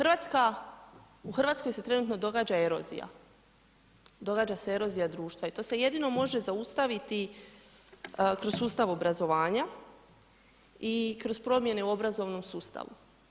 RH, u RH se trenutno događa erozija, događa se erozija društva i to se jedino može zaustaviti kroz sustav obrazovanja i kroz promjene u obrazovnom sustavu.